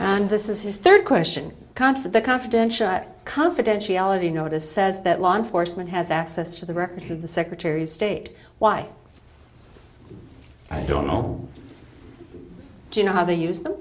and this is his third question concert the confidential confidentiality notice says that law enforcement has access to the records of the secretary of state why i don't know you know how they use them